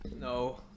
No